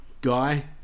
guy